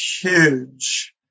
huge